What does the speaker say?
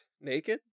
naked